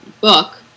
book